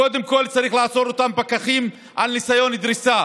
קודם כול צריך לעצור את אותם פקחים על ניסיון דריסה